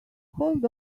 hold